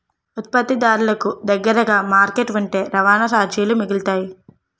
ఉత్పత్తిదారులకు దగ్గరగా మార్కెట్ ఉంటే రవాణా చార్జీలు మిగులుతాయి